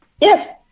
Yes